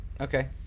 Okay